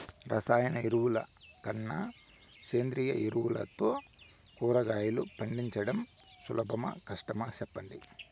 రసాయన ఎరువుల కన్నా సేంద్రియ ఎరువులతో కూరగాయలు పండించడం సులభమా కష్టమా సెప్పండి